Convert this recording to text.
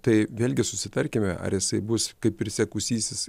tai vėlgi susitarkime ar jisai bus kaip prisiekusysis